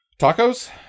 Tacos